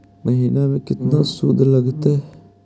महिना में केतना शुद्ध लगतै?